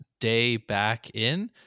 DayBackIn